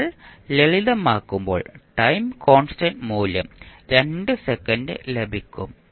നിങ്ങൾ ലളിതമാക്കുമ്പോൾ time constant മൂല്യം 2 സെക്കൻഡ് ലഭിക്കും